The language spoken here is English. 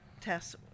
Tess